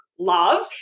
love